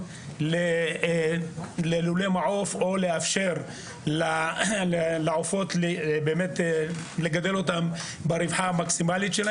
ללולי מעוף או לאפשר לעופות לגדול ברווחה המקסימלית.